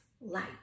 light